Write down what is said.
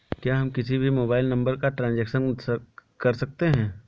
क्या हम किसी भी मोबाइल नंबर का ट्रांजेक्शन कर सकते हैं?